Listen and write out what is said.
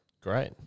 Great